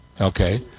Okay